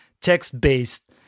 text-based